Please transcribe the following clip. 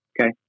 okay